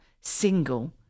Single